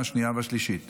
חמישה בעד, אין מתנגדים.